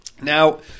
Now